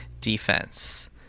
defense